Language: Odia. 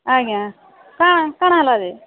ଆଜ୍ଞା କାଣା କାଣା ହେଲା ଯେ